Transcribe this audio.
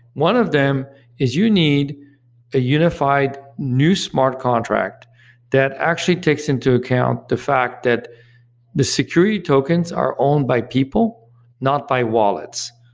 one of them is you need a unified new smart contract that actually takes into account the fact that the security tokens are owned by people, not by wallets.